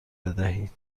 بدهید